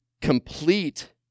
complete